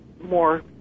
more